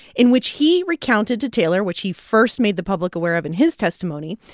in which he recounted to taylor, which he first made the public aware of in his testimony,